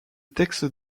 texte